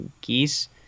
geese